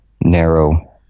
narrow